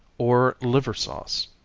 or liver sauce,